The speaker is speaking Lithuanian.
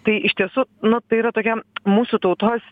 tai iš tiesų nu tai yra tokia mūsų tautos